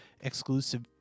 exclusive